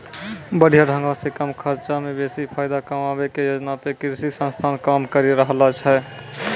बढ़िया ढंगो से कम खर्चा मे बेसी फायदा कमाबै के योजना पे कृषि संस्थान काम करि रहलो छै